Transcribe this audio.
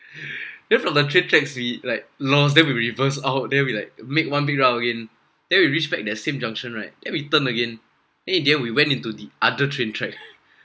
then from the train tracks we like lost then we reversed out then we like make one big round again then we reached back the same junction right then we turn again then at the end we went into the other train track